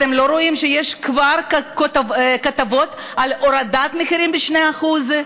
אתם לא רואים שיש כבר כתבות על הורדת מחירים ב-2%?